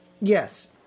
Yes